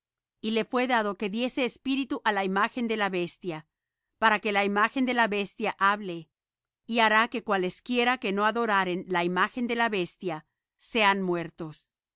y le fué dado que diese espíritu á la imagen de la bestia para que la imagen de la bestia hable y hará que cualesquiera que no adoraren la imagen de la bestia sean muertos